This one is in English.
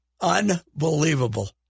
Unbelievable